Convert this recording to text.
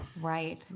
Right